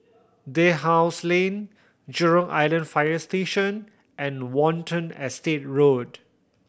Dalhousie Lane Jurong Island Fire Station and Watten Estate Road